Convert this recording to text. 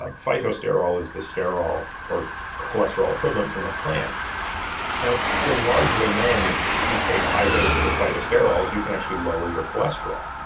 ah phytosterol is the sterol or cholesterol equivalent from a plant now it's been largely known that if you take high doses of phytosterols, you can actually lower your cholesterol.